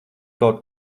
kaut